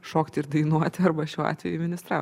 šokti ir dainuoti arba šiuo atveju ministraut